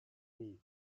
need